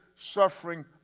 suffering